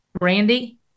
Randy